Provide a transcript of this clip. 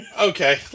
okay